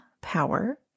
power